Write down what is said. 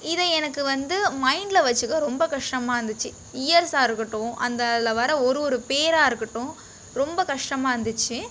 இதை எனக்கு வந்து மைண்டில் வச்சுக்க ரொம்ப கஷ்டமாக இருந்துச்சு இயர்ஸாக இருக்கட்டும் அந்த அதில் வர ஒரு ஒரு பேராக இருக்கட்டும் ரொம்ப கஷ்டமாக இருந்துச்சு